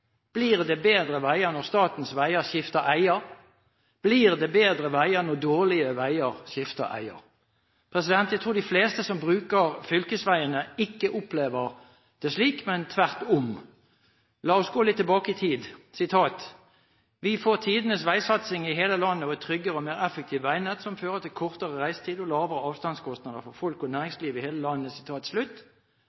Blir det bedre veier når statens veier skifter eier? Blir det bedre veier når dårlige veier skifter eier? Jeg tror de fleste som bruker fylkesveiene, ikke opplever det slik, men tvert om. La oss gå litt tilbake i tid: «Vi får tidenes vegsatsing i heile landet og eit tryggare og meir effektivt vegnett som fører til kortare reisetid og lågare avstandskostnader for folk og